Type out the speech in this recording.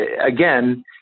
again